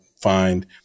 find